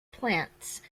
plants